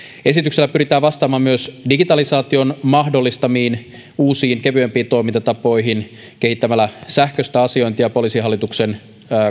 esityksellä pyritään vastaamaan myös digitalisaation mahdollistamiin uusiin kevyempiin toimintatapoihin kehittämällä sähköistä asiointia poliisihallituksen